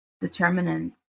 determinant